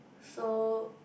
so